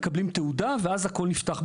מקבלים תעודה ואז הכול נפתח בפניך.